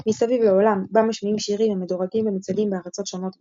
"מסביב לעולם" בה משמיעים שירים המדורגים במצעדים בארצות שונות בחו"ל,